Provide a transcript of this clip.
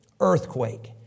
earthquake